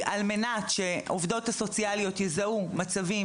על מנת שעובדות סוציאליות יזהו מצבים